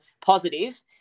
positive